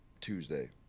Tuesday